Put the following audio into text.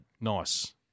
Nice